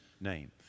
name